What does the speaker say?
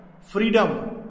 freedom